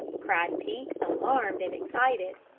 cried pete, alarmed and excited.